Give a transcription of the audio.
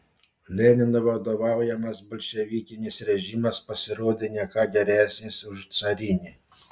lenino vadovaujamas bolševikinis režimas pasirodė ne ką geresnis už carinį